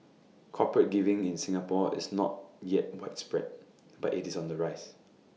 corporate giving in Singapore is not yet widespread but IT is on the rise